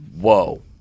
whoa